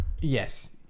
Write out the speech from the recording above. yes